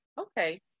Okay